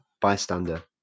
bystander